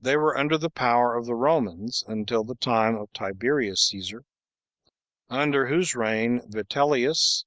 they were under the power of the romans, until the time of tiberius caesar under whose reign vitellius,